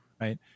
Right